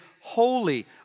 holy